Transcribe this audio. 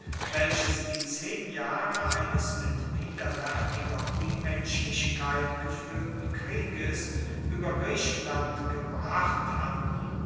welches die zehn jahre eines mit widerwaertiger unmenschlichkeit gefuehrten krieges ueber griechenland gebracht hatten